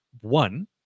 one